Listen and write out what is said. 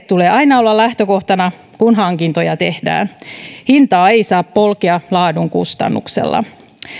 tulee aina olla lähtökohtana kun hankintoja tehdään hintaa ei saa polkea laadun kustannuksella